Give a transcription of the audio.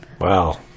Wow